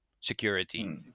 security